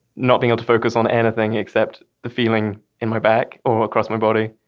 not being to focus on anything except the feeling in my back or across my body.